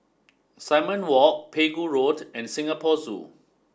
Simon Walk Pegu Road and Singapore Zoo